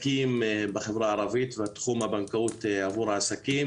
נמצא ברהט, בישוב של 70,000 תושבים.